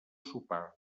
sopar